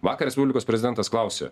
vakar respublikos prezidentas klausė